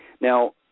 Now